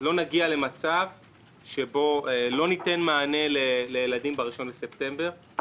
לא נגיע למצב שבו לא ניתן מענה לילדים ב-1 בספטמבר,